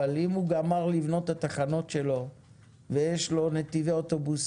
אבל אם הוא גמר לבנות את התחנות שלו ויש לו נתיבי אוטובוס